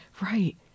right